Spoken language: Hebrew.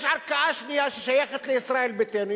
יש ערכאה שנייה, ששייכת לישראל ביתנו.